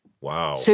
wow